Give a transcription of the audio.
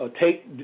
take